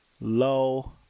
low